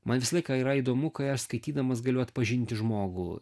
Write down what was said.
man visą laiką yra įdomu kai aš skaitydamas galiu atpažinti žmogų